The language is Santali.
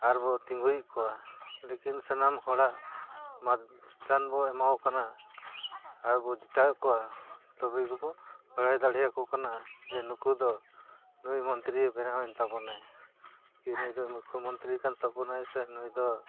ᱟᱨᱵᱚᱱ ᱛᱤᱸᱜᱩᱭᱮᱫ ᱠᱚᱣᱟ ᱞᱮᱠᱤᱱ ᱥᱟᱱᱟᱢ ᱦᱚᱲᱟᱜ ᱢᱚᱛᱫᱟᱱ ᱵᱚᱱ ᱮᱢᱟᱠᱚ ᱠᱟᱱᱟ ᱟᱨᱵᱚᱱ ᱪᱤᱛᱟᱹᱣᱮᱫ ᱠᱚᱣᱟ ᱛᱚᱵᱮ ᱜᱮᱵᱚ ᱵᱟᱲᱟᱭ ᱫᱟᱲᱮᱭᱟᱠᱚ ᱠᱟᱱᱟ ᱡᱮ ᱱᱩᱠᱩ ᱫᱚ ᱱᱩᱭ ᱢᱚᱱᱛᱨᱤ ᱵᱮᱱᱟᱣᱮᱱ ᱛᱟᱵᱚᱱᱟᱭ ᱠᱤ ᱱᱩᱭ ᱫᱚ ᱢᱩᱠᱽᱠᱷᱚ ᱢᱚᱱᱛᱨᱤ ᱠᱟᱱ ᱛᱟᱵᱚᱱᱟᱭ ᱥᱮ ᱱᱩᱭ ᱫᱚ